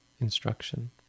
instruction